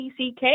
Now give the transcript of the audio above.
tck